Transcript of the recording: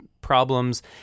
problems